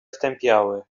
stępiały